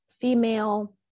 female